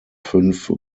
fünf